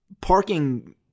parking